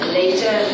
later